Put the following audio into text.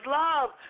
love